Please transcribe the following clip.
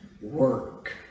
work